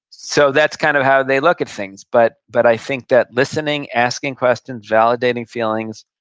so that's kind of how they look at things, but but i think that listening, asking questions, validating feelings,